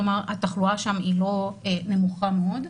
כלומר התחלואה שם היא לא נמוכה מאוד,